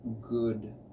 good